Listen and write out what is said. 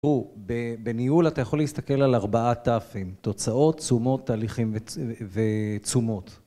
תראו, בניהול אתה יכול להסתכל על ארבעה תפים, תוצאות, תשומות, תהליכים ותשומות.